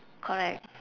correct